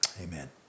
amen